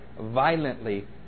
violently